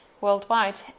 worldwide